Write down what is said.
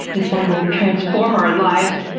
this one will transform our lives.